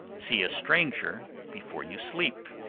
see a stranger before you sleep.